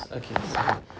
okay